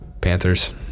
Panthers